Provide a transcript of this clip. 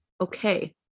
okay